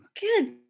Good